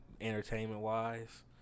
entertainment-wise